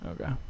Okay